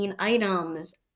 items